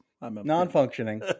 Non-functioning